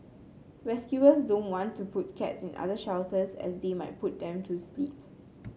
rescuers don't want to put cats in other shelters as they might put them to sleep